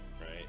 right